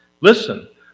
Listen